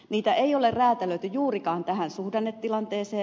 niitä ei ole räätälöity juurikaan tähän suhdannetilanteeseen